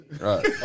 right